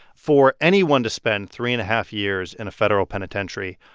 for anyone to spend three and a half years in a federal penitentiary,